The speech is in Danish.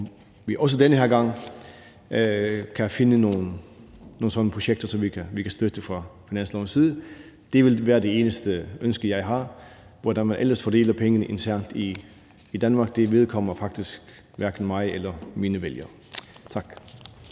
om vi også den her gang kan finde sådan nogle projekter, som vi kan støtte fra finanslovens side. Det vil være det eneste ønske, jeg har. Hvordan man ellers fordeler pengene internt i Danmark, vedkommer faktisk hverken mig eller mine vælgere. Tak.